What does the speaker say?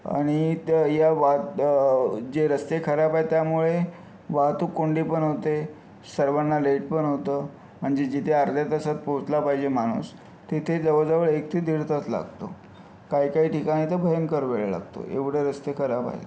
आणि ते या वाह जे रस्ते खराब आहे त्यामुळे वाहतूक कोंडी पण होते सर्वांना लेट पण होतं म्हणजे जिथे अर्ध्या तासात पोहचला पाहिजे माणूस तिथे जवळ जवळ एक ते दीड तास लागतो काही काही ठिकाणी तर भयंकर वेळ लागतो एवढे रस्ते खराब आहेत